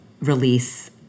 release